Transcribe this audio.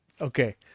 okay